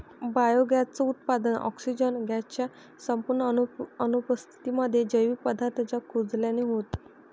biogas च उत्पादन, oxygen gas च्या संपूर्ण अनुपस्थितीमध्ये, जैविक पदार्थांच्या कुजल्याने होतं